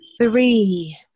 three